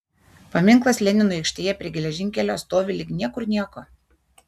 paminklas leninui aikštėje prie geležinkelio stovi lyg niekur nieko